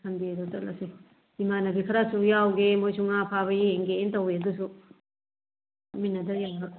ꯁꯟꯗꯦꯗ ꯆꯠꯂꯁꯤ ꯏꯃꯥꯟꯅꯕꯤ ꯈꯔꯁꯨ ꯌꯥꯎꯒꯦꯑꯦ ꯃꯣꯏꯁꯨ ꯉꯥ ꯐꯥꯕ ꯌꯦꯡꯒꯦꯅ ꯇꯧꯑꯦ ꯑꯗꯨꯁꯨ ꯆꯠꯃꯤꯟꯅꯗ